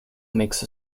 makes